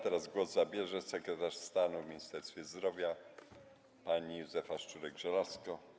Teraz głos zabierze sekretarz stanu w ministerstwie zdrowia pani Józefa Szczurek-Żelazko.